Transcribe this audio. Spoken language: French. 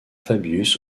fabius